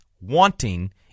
wanting